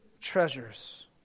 treasures